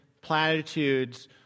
platitudes